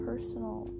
personal